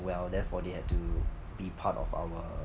well therefore they have to be part of our